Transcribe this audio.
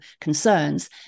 concerns